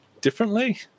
differently